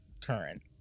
current